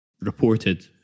reported